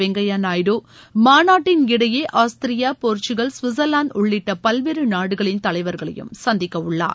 வெங்கையா நாயுடு மாநாட்டின் இடையே Austria Portugal Switzerland உள்ளிட்ட பல்வேறு நாடுகளின் தலைவர்களையும் சந்திக்கவுள்ளார்